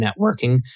networking